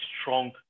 strong